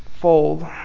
Fold